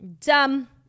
dumb